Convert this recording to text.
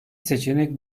seçenek